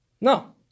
No